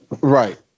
Right